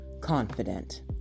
confident